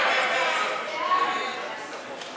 חוק הכנסת (תיקון מס' 45),